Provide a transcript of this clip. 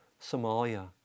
Somalia